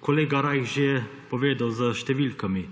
kolega Rajh že povedal s številkami,